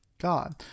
God